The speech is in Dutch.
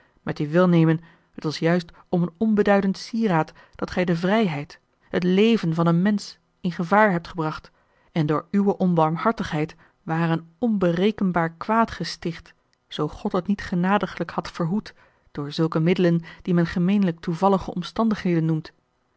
met uw welnemen het was juist om een onbeduidend sieraad dat gij de vrijheid het leven van een mensch in gevaar hebt gebracht en door uwe onbarmhartigheid ware een onberekenbaar kwaad gesticht zoo god het niet genadiglijk had verhoed door zulke middelen die men gemeenlijk toevallige omstandigheden noemt